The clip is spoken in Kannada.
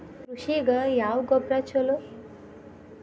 ಕೃಷಿಗ ಯಾವ ಗೊಬ್ರಾ ಛಲೋ?